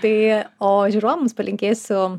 tai o žiūrovams palinkėsiu